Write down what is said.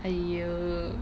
!aiyo!